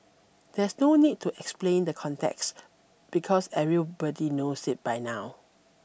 there's no need to explain the context because everybody knows it by now